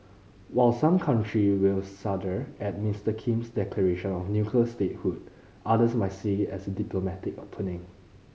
while some country will shudder at Mister Kim's declaration of nuclear statehood others might see as diplomatic opening